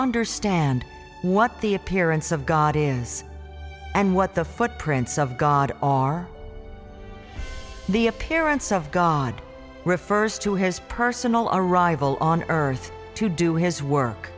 understand what the appearance of god is and what the footprints of god are the appearance of god refers to his personal arrival on earth to do his work